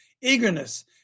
Eagerness